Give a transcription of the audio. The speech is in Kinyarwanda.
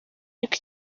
ariko